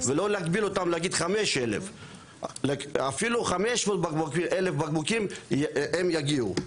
ולא להגביל אותם להגיד 5,000. אפילו 500-1000 בקבוקים הם יגיעו.